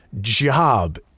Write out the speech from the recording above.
job